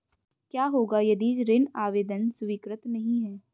क्या होगा यदि ऋण आवेदन स्वीकृत नहीं है?